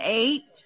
eight